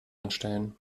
anstellen